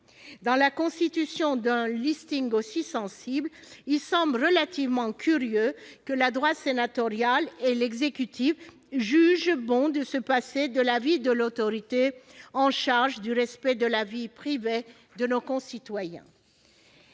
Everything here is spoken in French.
Pour la constitution d'un fichier aussi sensible, il semble plutôt curieux que la droite sénatoriale et l'exécutif jugent bon de se passer de l'avis de l'autorité chargée de veiller au respect de la vie privée de nos concitoyens